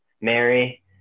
Mary